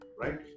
right